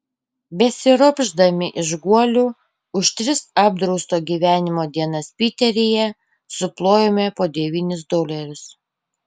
besiropšdami iš guolių už tris apdrausto gyvenimo dienas piteryje suplojome po devynis dolerius